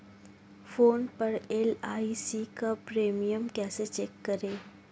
Phone पर LIC का premium कैसे चेक करें?